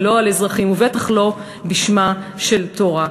ולא על אזרחים ובטח לא בשמה של תורה.